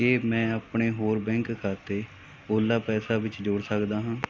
ਕੀ ਮੈਂ ਆਪਣੇ ਹੋਰ ਬੈਂਕ ਖਾਤੇ ਓਲਾ ਪੈਸਾ ਵਿੱਚ ਜੋੜ ਸਕਦਾ ਹਾਂ